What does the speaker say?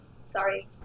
Sorry